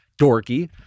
dorky